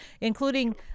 including